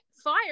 fire